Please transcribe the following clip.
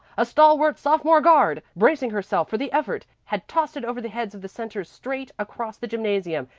a stalwart sophomore guard, bracing herself for the effort, had tossed it over the heads of the centres straight across the gymnasium,